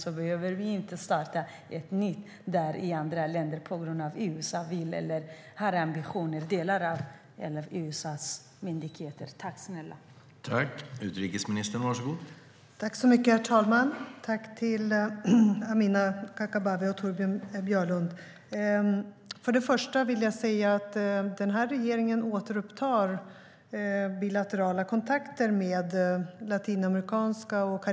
Vi behöver inte starta något nytt i andra länder på grund av att delar av USA:s myndigheter har vissa ambitioner.